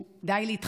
הוא: די להתחבא,